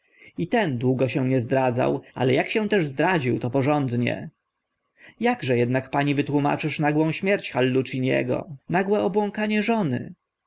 i ten długo się nie zdradzał ale ak się też zdradził to porządnie jakże ednak pani wytłumaczysz nagłą śmierć halluciniego nagłe obłąkanie żony